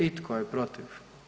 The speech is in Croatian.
I tko je protiv?